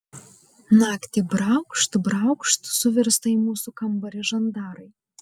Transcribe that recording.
naktį braukšt braukšt suvirsta į mūsų kambarį žandarai